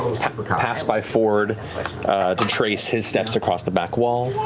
can pass by fjord to trace his steps across the back wall.